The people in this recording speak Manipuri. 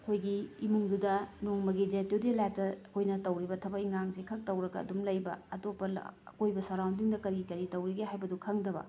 ꯑꯩꯈꯣꯏꯒꯤ ꯏꯃꯨꯡꯗꯨꯗ ꯅꯣꯡꯃꯒꯤ ꯗꯦ ꯇꯨ ꯗꯦ ꯂꯥꯏꯞꯇ ꯑꯩꯈꯣꯏꯅ ꯇꯧꯔꯤꯕ ꯊꯕꯛ ꯏꯟꯒꯥꯡꯁꯦ ꯈꯛ ꯇꯧꯔꯒ ꯑꯗꯨꯝ ꯂꯩꯕ ꯑꯇꯣꯞꯄ ꯑꯀꯣꯏꯕ ꯁꯔꯔꯥꯎꯟꯗꯤꯡꯗ ꯀꯔꯤ ꯀꯔꯤ ꯇꯧꯔꯤꯒꯦ ꯍꯥꯏꯕꯗꯨ ꯈꯪꯗꯕ